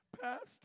Pastor